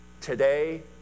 Today